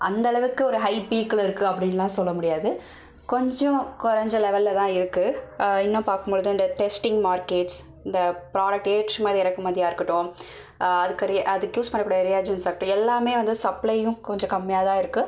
அந்த அளவுக்கு ஒரு ஹை பீக்கில் இருக்குது அப்படின்லா சொல்ல முடியாது கொஞ்சம் குறைஞ்ச லெவலில் தான் இருக்குது இன்னும் பார்க்கும் பொழுது அந்த டெஸ்டிங் மார்க்கெட்ஸ் இந்த ப்ராடக்ட் ஏற்றுமதி இறக்குமதியாக இருக்கட்டும் அதுக்கு அதுக்கு யூஸ் பண்ணக்கூடிய ரியாஜன்ஸ்சப்ட் எல்லாமே வந்து சப்ளையும் கொஞ்சம் கம்மியாக தான் இருக்குது